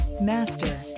master